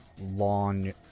long